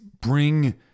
bring